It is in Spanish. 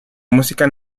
música